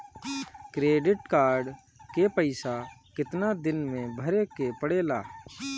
Credit card के पइसा कितना दिन में भरे के पड़ेला?